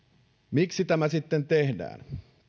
miksi tämä sitten tehdään